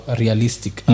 realistic